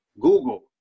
Google